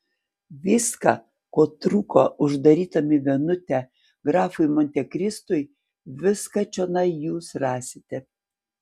viską ko trūko uždarytam į vienutę grafui montekristui viską čionai jūs rasite